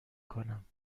کنم